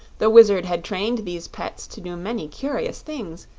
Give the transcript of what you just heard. the wizard had trained these pets to do many curious things,